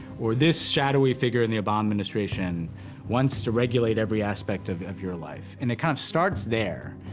or, this shadowy figure in the obama administration wants to regulate every aspect of of your life. and it kind of starts there.